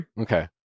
okay